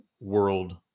world